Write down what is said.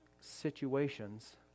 situations